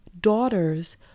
daughters